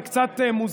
זה קצת מוזר,